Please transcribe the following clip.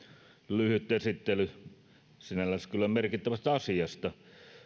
lyhyt esittely sinällänsä kyllä merkittävästä asiasta